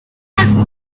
con